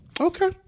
okay